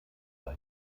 war